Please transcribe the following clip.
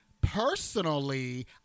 personally